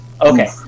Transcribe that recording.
Okay